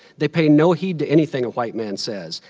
they pay no heed to anything a white man says,